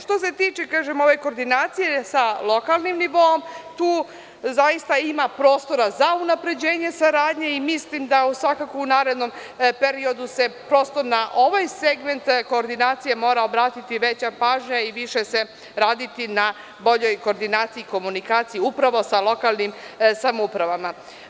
Što se tiče ove koordinacije sa lokalnim nivoom, tu zaista ima prostora za unapređenje saradnje i mislim da svakako u narednom periodu se na ovaj segment koordinacije mora obratiti veća pažnja i više se raditi boljoj koordinaciji ikomunikaciji upravo sa lokalnim samoupravama.